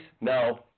no